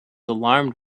alarmed